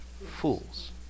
fools